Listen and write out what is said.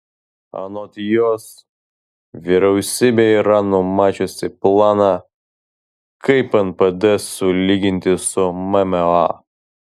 anot jos vyriausybė yra numačiusi planą kaip npd sulyginti su mma